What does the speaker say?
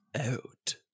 Out